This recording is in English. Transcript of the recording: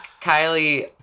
Kylie